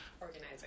organizing